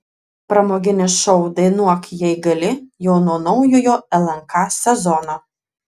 pramoginis šou dainuok jei gali jau nuo naujojo lnk sezono